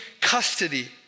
custody